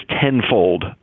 tenfold